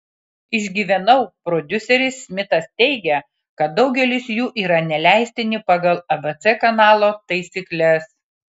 išgyvenau prodiuseris smitas teigia kad daugelis jų yra neleistini pagal abc kanalo taisykles